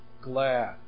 glad